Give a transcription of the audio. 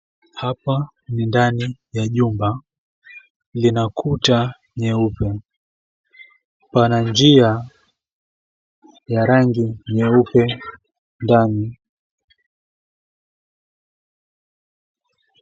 Hapa ni ndani ya jumba. Lina kuta nyeupe. Pana njia ya rangi nyeupe ndani.